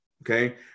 Okay